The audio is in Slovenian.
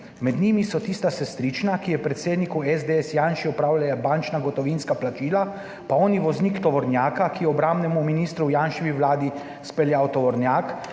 Med njimi so tista sestrična, ki je predsedniku SDS Janši opravljala bančna gotovinska plačila, pa oni voznik tovornjaka, ki je obrambnemu ministru v Janševi vladi speljal tovornjak,